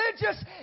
religious